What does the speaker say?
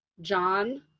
John